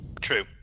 True